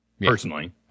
personally